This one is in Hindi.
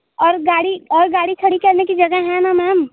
और गाड़ी और गाड़ी खड़ी करने की जगह है ना मैम